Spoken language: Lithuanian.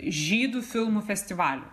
žydų filmų festivalių